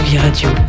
Radio